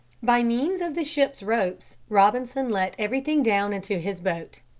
by means of the ship's ropes, robinson let everything down into his boat.